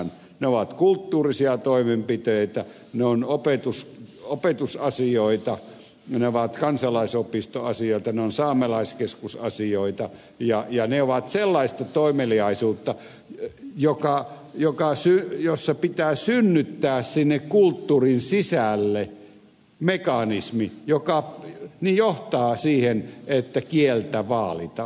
ne ovat kulttuurisia toimenpiteitä ne ovat opetusasioita ne ovat kansalaisopistoasioita ne ovat saamelaiskeskusasioita ja ne ovat sellaista toimeliaisuutta jossa pitää synnyttää sinne kulttuurin sisälle mekanismi joka johtaa siihen että kieltä vaalitaan